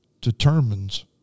determines